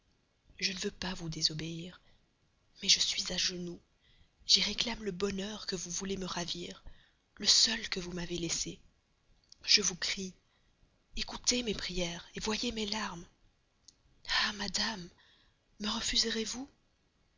je ne veux pas vous désobéir mais je suis à vos genoux j'y réclame le bonheur que vous voulez me ravir le seul que vous m'ayez laissé je vous crie écoutez mes prières voyez mes larmes ah madame me refuserez-vous